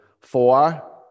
four